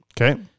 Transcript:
Okay